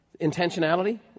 Intentionality